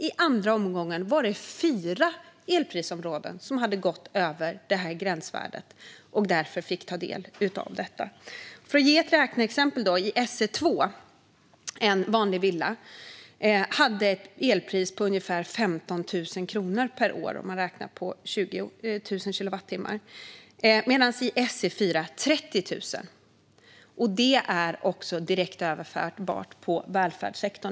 I andra omgången var det fyra elprisområden som hade gått över gränsvärdet och därför fick ta del av stödet. För att ge ett räkneexempel: I SE2 hade en vanlig villa ett elpris på ungefär 15 000 kronor per år, om man räknar med 20 000 kilowattimmar, medan det var 30 000 kronor i SE4. Detta är också direkt överförbart på välfärdssektorn.